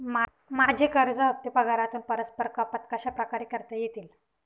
माझे कर्ज हफ्ते पगारातून परस्पर कपात कशाप्रकारे करता येतील?